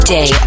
Day